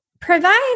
provide